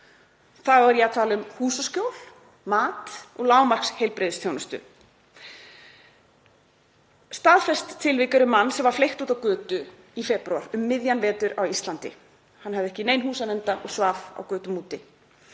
Þá er ég að tala um húsaskjól, mat og lágmarksheilbrigðisþjónustu. Staðfest tilvik er um mann sem var fleygt út á götu í febrúar um miðjan vetur á Íslandi. Hann hafði ekki í nein hús að venda, svaf á götum úti,